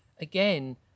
again